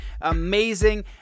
amazing